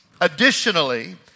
Additionally